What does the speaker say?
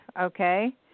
okay